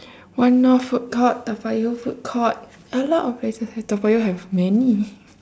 one north food court toa payoh food court a lot of places have toa payoh have many